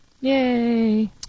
Yay